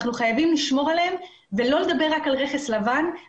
אנחנו חייבים לשמור על כך ולא לדבר רק על רכס לבן אלא